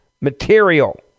material